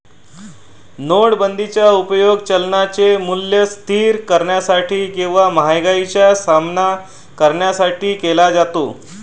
नोटाबंदीचा उपयोग चलनाचे मूल्य स्थिर करण्यासाठी किंवा महागाईचा सामना करण्यासाठी केला जातो